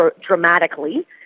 dramatically